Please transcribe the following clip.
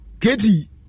Katie